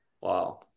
Wow